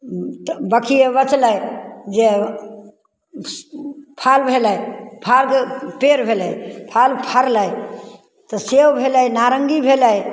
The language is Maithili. बाकी बचलै जे फल भेलै फल पेड़ भेलै फल फड़लै तऽ सेब भेलै नारङ्गी भेलै